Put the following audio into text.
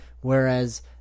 Whereas